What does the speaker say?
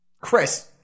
Chris